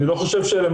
אני לא יודע אם הם